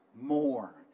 more